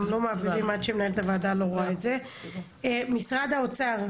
משרד האוצר,